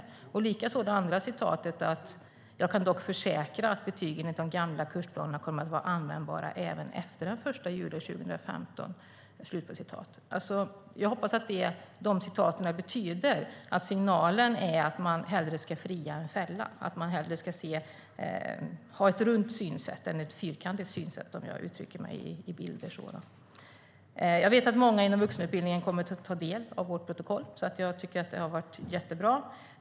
På samma sätt är det med det andra citatet: "Jag kan dock försäkra att betyg enligt de gamla kursplanerna kommer att vara användbara även efter den 1 juli 2015." Jag hoppas att de citaten betyder att signalen är att man hellre ska fria än fälla, att man hellre ska ha ett runt synsätt än ett fyrkantigt synsätt, om jag uttrycker mig i bilder. Jag vet att många inom vuxenutbildningen kommer att ta del av vårt protokoll. Jag tycker att detta har varit jättebra.